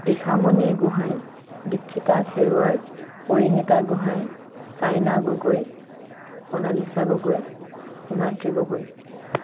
Dishamoni Gohain Dikshita Kherwar Parinita Gohain Saina Gogoi Monalisa Gogoi Himadri Gogoi